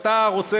כשאתה רוצה,